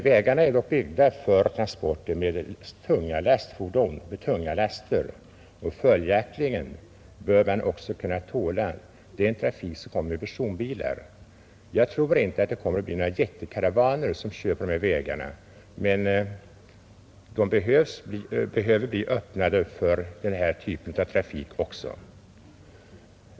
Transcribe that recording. Vägarna är dock byggda för transporter av tunga laster med stora lastfordon, och följaktligen bör de också kunna tåla den trafik som personbilar svarar för. Jag tror inte på att det kommer att bli några jättekaravaner som kör på dessa vägar, men de behöver vara öppna för denna typ av trafik också.